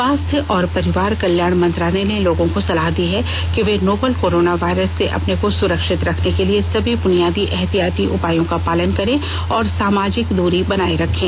स्वास्थ्य और परिवार कल्याण मंत्रालय ने लोगों को सलाह दी है कि वे नोवल कोरोना वायरस से अपने को सुरक्षित रखने के लिए सभी बुनियादी एहतियाती उपायों का पालन करें और सामाजिक दूरी बनाए रखें